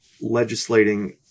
legislating